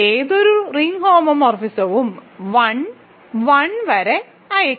ഏതൊരു റിംഗ് ഹോമോമോർഫിസവും 1 1 വരെ അയയ്ക്കും